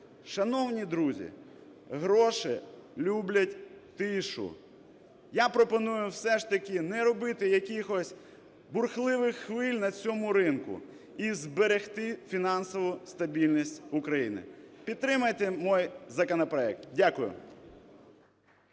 Шановні друзі, гроші люблять тишу. Я пропоную все ж таки не робити якихось бурхливих хвиль на цьому ринку і зберегти фінансову стабільність в Україні, підтримайте мій законопроект. Дякую.